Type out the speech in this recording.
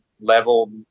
level